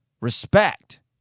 respect